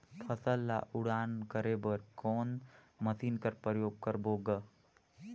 फसल ल उड़ान करे बर कोन मशीन कर प्रयोग करबो ग?